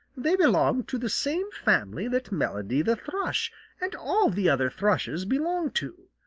they belong to the same family that melody the thrush and all the other thrushes belong to.